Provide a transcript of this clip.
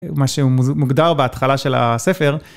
מה שמוגדר בהתחלה של הספר.